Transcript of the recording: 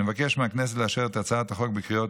אני מבקש מהכנסת לאשר את הצעת החוק בקריאות